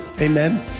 Amen